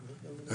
מרעי.